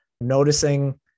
noticing